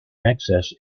access